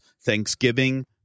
Thanksgiving